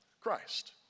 Christ